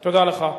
תודה לך.